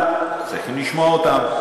אבל צריכים לשמוע אותם,